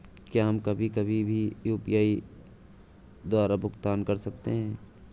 क्या हम कभी कभी भी यू.पी.आई द्वारा भुगतान कर सकते हैं?